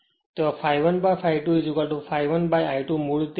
ત્યાં ∅1 ∅2 ∅1 I 2 મૂળ રીતે છે